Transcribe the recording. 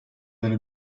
elli